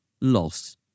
loss